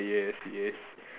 yes yes